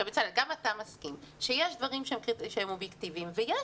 אבל בצלאל גם אתה מסכים שיש דברים שהם אובייקטיביים ויש